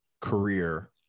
career